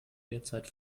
derzeit